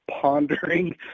pondering